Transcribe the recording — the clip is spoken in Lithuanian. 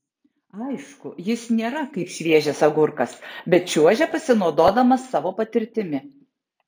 aišku jis nėra kaip šviežias agurkas bet čiuožia pasinaudodamas savo patirtimi